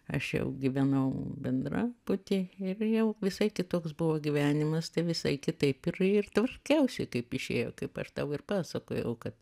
aš jau gyvenau bendrabuty ir jau visai kitoks buvo gyvenimas tai visai kitaip ir ir tvarkiausi kaip išėjo kaip aš tau ir pasakojau kad